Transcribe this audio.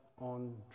on